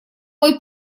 мой